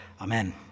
amen